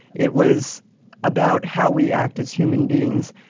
it was about how we act as human beings,